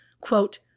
quote